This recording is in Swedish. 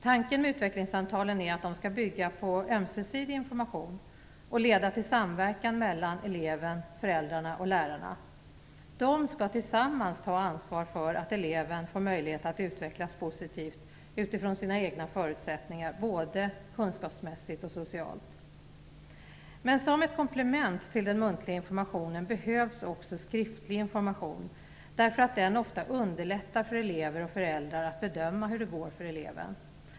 Tanken med utvecklingssamtalen är att de skall bygga på ömsesidig information och leda till samverkan mellan eleven, föräldrarna och lärarna. De skall tillsammans ta ansvar för att eleven får möjlighet att utvecklas positivt utifrån sina egna förutsättningar både kunskapsmässigt och socialt. Men som ett komplement till den muntliga informationen behövs också skriftlig information därför att den ofta underlättar för elever och föräldrar att bedöma hur det går för eleven.